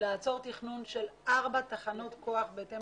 לעצור תכנון של ארבע תחנות כוח בהתאם